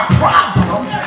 problems